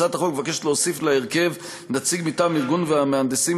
הצעת החוק מבקשת להוסיף להרכב נציג מטעם ארגון המהנדסים